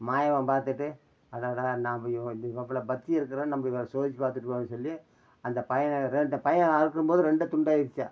மாயவன் பார்த்துட்டு அடடா நாம் ஐயோ இவங்களை பக்தி இருக்குதான்னு நம்ம இவரை சோதித்து பார்த்துட்டுமேன்னு சொல்லி அந்த பையனை இந்த பையனை அறுக்கும்போது ரெண்டும் துண்டாகிருச்சா